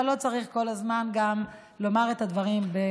אבל לא צריך כל הזמן גם לומר את הדברים באופן,